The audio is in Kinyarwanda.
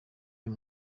uyu